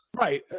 right